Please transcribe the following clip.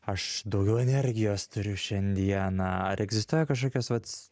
aš daugiau energijos turiu šiandieną ar egzistuoja kažkokios vat